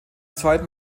zweiten